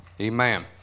Amen